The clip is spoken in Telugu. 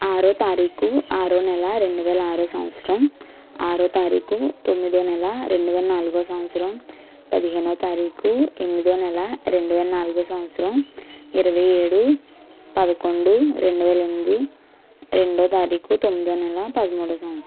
ఆరో తారీఖు ఆరో నెల రెండు వేల ఆరవ సంవత్సరం ఆరో తారీఖు తొమ్మిదో నెల రెండు వేల నాల్గవ సంవత్సరం పదిహేనో తారీఖు ఎనిమిదో నెల రెండువేల నాల్గవ సంవత్సరం ఇరవై ఏడు పదకొండు రెండు వేల ఎనిమిది రెండో తారీఖు తొమ్మిదో నెల పదమూడవ సంవత్సరం